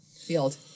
field